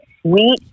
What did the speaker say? sweet